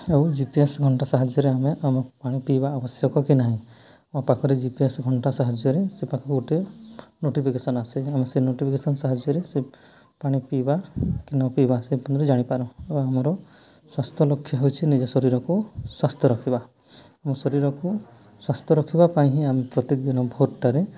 ଆଉ G P S ଘଣ୍ଟା ସାହାଯ୍ୟରେ ଆମେ ଆମ ପାଣି ପିଇବା ଆବଶ୍ୟକ କି ନାହିଁ ଆମ ପାଖରେ ଜି ପି ଏସ୍ ଘଣ୍ଟା ସାହାଯ୍ୟରେ ସେ ପାଖକୁ ଗୋଟେ ନୋଟିଫିକେସନ୍ ଆସେ ଆମେ ସେ ନୋଟିଫିକେସନ୍ ସାହାଯ୍ୟରେ ସେ ପାଣି ପିଇବା କି ନ ପିଇବା ସେ ପର୍ଯ୍ୟନ୍ତ ଜାଣିପାରୁ ଆଉ ମୋର ସ୍ୱାସ୍ଥ୍ୟ ଲକ୍ଷ୍ୟ ହେଉଛି ନିଜ ଶରୀରକୁ ସ୍ୱାସ୍ଥ୍ୟ ରଖିବା ଆମ ଶରୀରକୁ ସ୍ୱାସ୍ଥ୍ୟ ରଖିବା ପାଇଁ ହିଁ ଆମେ ପ୍ରତ୍ୟେକ ଦିନ ଭୋରଟାରେ